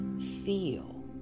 feel